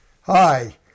Hi